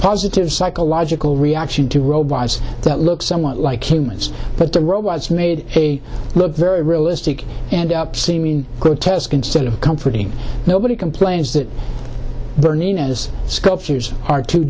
positive psychological reaction to robots that look somewhat like humans but the robots made a look very realistic and up seeming good test instead of comforting nobody complains that burning is sculptures are too